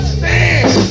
stand